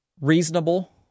reasonable